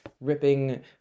ripping